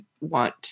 want